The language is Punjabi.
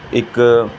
ਇੱਕ